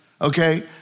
okay